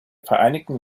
vereinigten